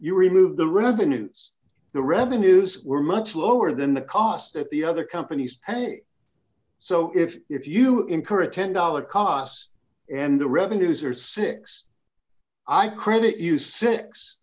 you remove the revenues the revenues were much lower than the cost of the other companies pay so if if you encourage ten dollars cost and the revenues are six i credit you six